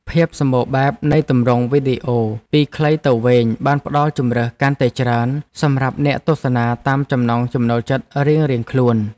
ភាពសម្បូរបែបនៃទម្រង់វីដេអូពីខ្លីទៅវែងបានផ្ដល់ជម្រើសកាន់តែច្រើនសម្រាប់អ្នកទស្សនាតាមចំណង់ចំណូលចិត្តរៀងៗខ្លួន។